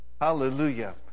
hallelujah